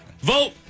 Vote